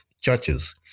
Churches